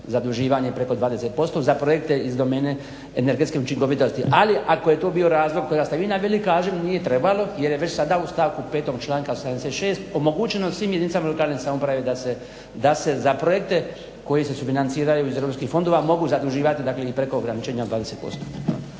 zaduživanje preko 20% za projekte iz domene energetske učinkovitosti. Ali ako je to bio razlog kojega ste vi naveli, kažem nije trebalo jer je već sada u stavku petom, članka 86. omogućeno svim jedinicama lokalne samouprave da se za projekte koji se sufinanciraju iz europskih fondova mogu zaduživati, dakle i preko ograničenja 20%.